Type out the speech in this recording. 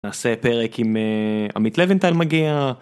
נעשה פרק עם עמית לבנטל מגיע.